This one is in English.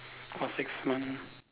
for six month